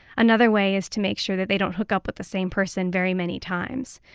another way is to make sure that they don't hook up with the same person very many times.